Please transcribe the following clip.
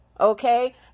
Okay